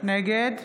נגד